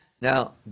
now